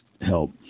help